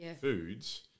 foods